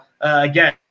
again